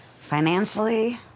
Financially